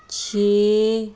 ਛੇ